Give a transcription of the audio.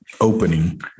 opening